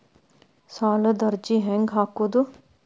ಸಾಲದ ಅರ್ಜಿ ಹೆಂಗ್ ಹಾಕುವುದು?